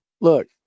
look